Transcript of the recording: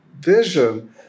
vision